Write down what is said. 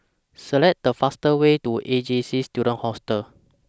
Select The fastest Way to A J C Student Hostel